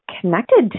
connected